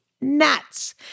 nuts